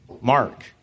Mark